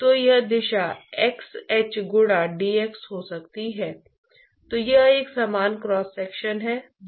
तो अब ऐसा मानने का कोई कारण नहीं है